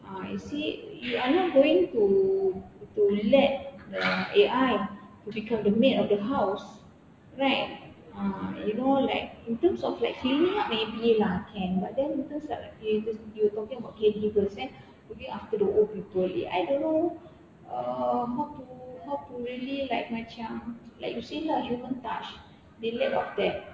ah you see you are not going to to let the A_I to become the maid of the house right ah you know like in terms of like cleaning up maybe lah can but then in terms of you talking about eh taking after the old people A_I don't know uh how to how to really like macam like you say lah human touch they lack of that